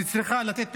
שצריכה לתת פתרונות,